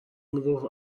میگفت